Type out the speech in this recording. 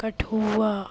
Kathua